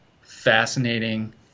fascinating